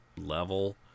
level